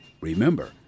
Remember